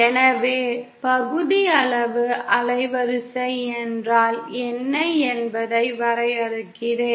எனவே பகுதியளவு அலைவரிசை என்றால் என்ன என்பதை வரையறுக்கிறேன்